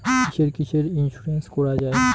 কিসের কিসের ইন্সুরেন্স করা যায়?